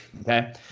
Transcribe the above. okay